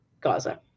Gaza